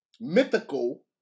mythical